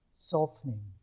softening